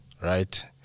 right